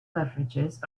beverages